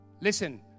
Listen